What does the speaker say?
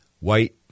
white